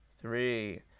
Three